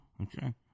Okay